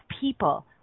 people